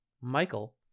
Michael